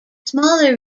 smaller